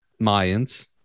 Mayans